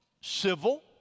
civil